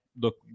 look